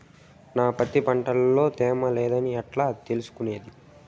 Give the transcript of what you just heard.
నా పత్తి పంట లో తేమ లేదని ఎట్లా తెలుసుకునేది?